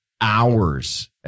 hours